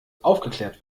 aufgeklärt